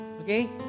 Okay